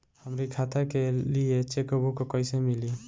हमरी खाता के लिए चेकबुक कईसे मिली?